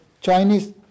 Chinese